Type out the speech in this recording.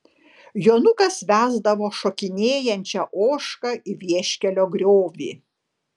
jonukas vesdavo šokinėjančią ožką į vieškelio griovį